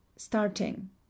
Starting